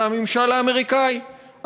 זה הממשל האמריקני.